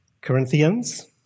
Corinthians